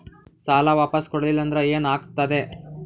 ಸಾಲ ವಾಪಸ್ ಕೊಡಲಿಲ್ಲ ಅಂದ್ರ ಏನ ಆಗ್ತದೆ?